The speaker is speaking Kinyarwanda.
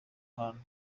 hantu